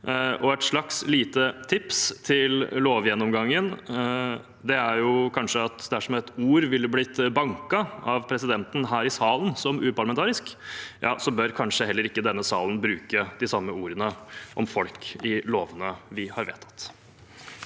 Et lite tips til lovgjennomgangen er kanskje at dersom et ord ville blitt banket av stortingspresidenten her i salen som uparlamentarisk, bør kanskje heller ikke denne salen bruke det samme ordet om folk i lovene vi har vedtatt.